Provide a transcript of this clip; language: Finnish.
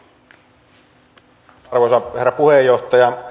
arvoisa herra puheenjohtaja